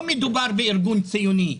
לא מדובר בארגון ציוני.